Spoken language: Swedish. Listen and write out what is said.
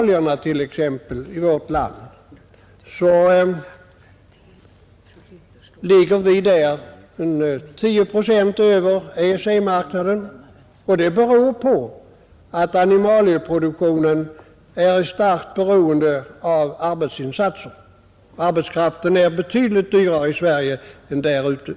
Priserna exempelvis på animalieprodukter ligger i vårt land 10 procent över EEC-marknadens, vilket beror på att animalieproduktionen är starkt beroende av arbetsinsatsen. Arbetskraften är betydligt dyrare i Sverige än inom EEC.